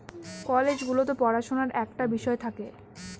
college গুলোতে পড়াশুনার একটা বিষয় থাকে